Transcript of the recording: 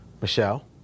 Michelle